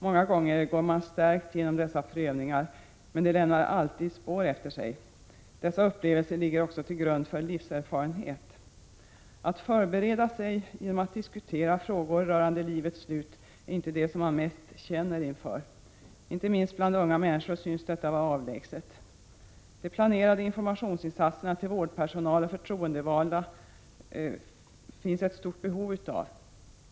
Många gånger går man stärkt genom dessa prövningar, men de lämnar alltid spår efter sig. Dessa upplevelser ligger också till grund för livserfarenhet. Att förbereda sig genom att diskutera frågor rörande livets slut är inte det som man mest känner inför. Inte minst bland unga människor syns detta vara avlägset. Det finns ett stort behov av de planerade informationsinsatserna för vårdpersonal och förtroendevalda.